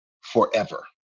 forever